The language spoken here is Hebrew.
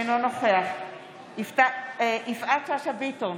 אינו נוכח יפעת שאשא ביטון,